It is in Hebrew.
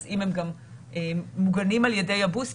אז אם הם גם מוגנים על ידי הבוסטר,